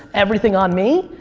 everything on me,